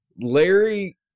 Larry